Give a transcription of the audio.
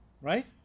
right